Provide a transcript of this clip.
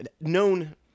known